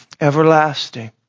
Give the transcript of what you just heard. everlasting